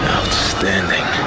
Outstanding